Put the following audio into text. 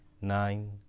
nine